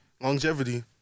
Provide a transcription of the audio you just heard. Longevity